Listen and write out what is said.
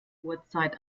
uhrzeit